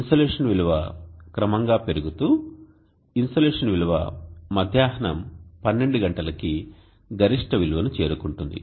insolation విలువ క్రమంగా పెరుగుతూ ఇన్సోలేషన్ విలువ మధ్యాహ్నం 12 గంటలకి గరిష్ట విలువను చేరుకుంటుంది